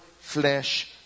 flesh